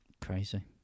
Crazy